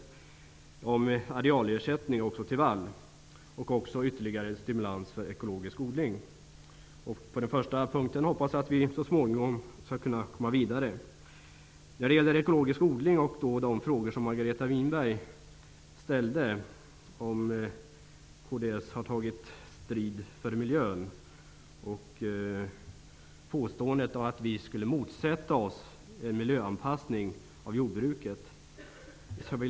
Det gäller arealersättning till vallodling samt ytterligare stimulans till ekologisk odling. På den första punkten hoppas jag att vi så småningom skall kunna komma vidare. Winberg frågan om kds har tagit strid för miljön. Hon påstod att vi i kds skulle motsätta oss en miljöanpassning av jordbruket.